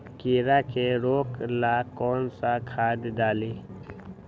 कीड़ा के रोक ला कौन सा खाद्य डाली?